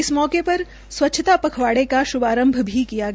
इस मौके पर स्वच्छता पखवाड़े का श्रूआत भी किया गया